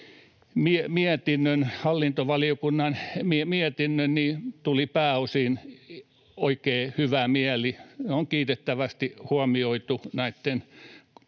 hallintovaliokunnan mietinnön, niin tuli pääosin oikein hyvä mieli. On kiitettävästi huomioitu